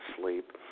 sleep